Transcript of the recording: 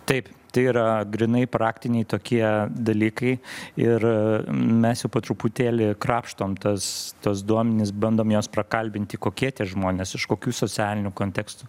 taip tai yra grynai praktiniai tokie dalykai ir mes jau po truputėlį krapštom tas tuos duomenis bandom juos prakalbinti kokie tie žmonės iš kokių socialinių kontekstų